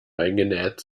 eingenäht